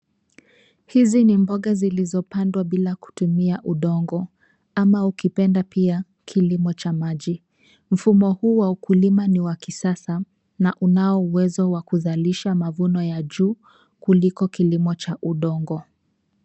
Hizi ni mboga zilizopandwa bila kutumia udongo ama ukipenda pia, kilimo cha maji. Mfumo huu wa ukulima ni wa kisasa na unao uwezo wa kuzalisha mavuno ya juu kuliko kilimo cha udongo.